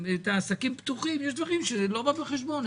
העסקים פתוחים יש דברים שזה לא בא בחשבון,